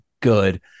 good